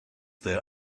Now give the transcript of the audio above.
their